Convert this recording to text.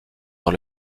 dans